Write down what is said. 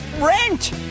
rent